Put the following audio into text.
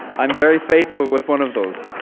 i'm very faithful with one of those.